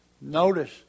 Notice